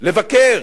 לבקר